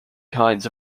kinds